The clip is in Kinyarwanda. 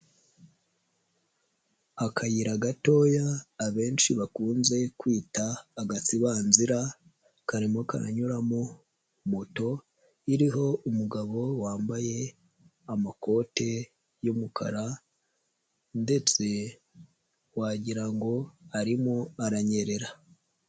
Akayira gatoya abenshi bakunze kwita agatsibanzira karimo karanyuramo moto iriho umugabo wambaye amakote y'umukara ndetse wagira ngo arimo aranyerera.